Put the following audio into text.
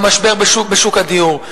למשבר בשוק הדיור.